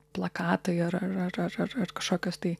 plakatai ar ar ar ar ar kažkokios tai